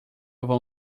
vão